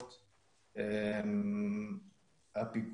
אחת הסיבות שמידע לא מועבר כל כך מהר,